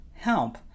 help